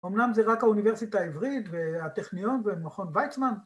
‫אומנם זה רק האוניברסיטה העברית ‫והטכניון ומכון ויצמן.